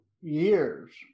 years